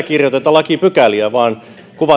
kirjoiteta lakipykäliä vaan